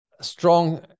strong